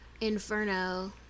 inferno